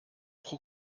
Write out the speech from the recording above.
pro